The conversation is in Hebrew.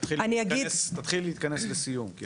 תתחילי להתכנס לסיום, כי